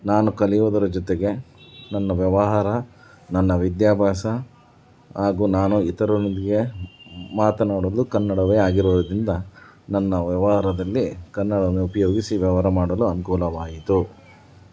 ನಾನು ಕಲಿಯೋದರ ಜೊತೆಗೆ ನನ್ನ ವ್ಯವಹಾರ ನನ್ನ ವಿದ್ಯಾಭ್ಯಾಸ ಹಾಗೂ ನಾನು ಇತರರೊಂದಿಗೆ ಮಾತನಾಡಲು ಕನ್ನಡವೇ ಆಗಿರೋದ್ರಿಂದ ನನ್ನ ವ್ಯವಹಾರದಲ್ಲಿ ಕನ್ನಡವನ್ನು ಉಪಯೋಗಿಸಿ ವ್ಯವಹಾರ ಮಾಡಲು ಅನುಕೂಲವಾಯಿತು